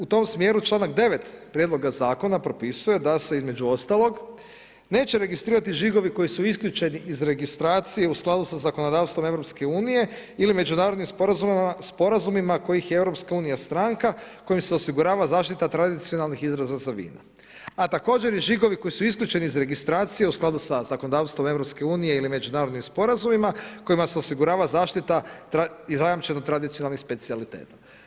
U tom smjeru članak 9. Prijedloga zakona propisuje da se između ostalog neće registrirati žigovi koji su isključeni iz registracije u skladu sa zakonodavstvom Europske unije ili međunarodnim sporazumima kojih je Europska unija stranka kojim se osigurava zaštita tradicionalnih izraza za vino, a također i žigovi koji su isključeni iz registracije u skladu sa zakonodavstvom Europske unije ili međunarodnim sporazumima kojima se osigurava zaštita i zajamčeno tradicionalnih specijaliteta.